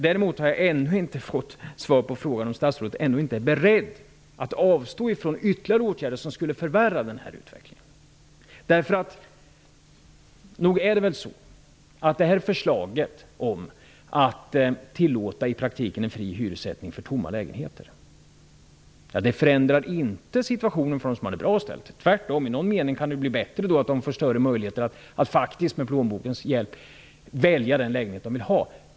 Däremot har jag ännu inte fått svar på frågan om statsrådet ändå inte är beredd att avstå ifrån ytterligare åtgärder som skulle förvärra denna utveckling. Nog är det väl så att detta förslag om att tillåta en i praktiken fri hyressättning på tomma lägenheter inte förändrar situationen för dem som har det bra ställt. Tvärtom kan det i någon mening bli bättre genom att de får större möjligheter att med plånbokens hjälp välja den lägenhet som de vill ha.